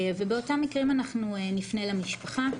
באותם מקרים אנחנו נפנה למשפחה,